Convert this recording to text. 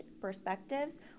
perspectives